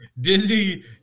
Dizzy